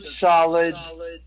solid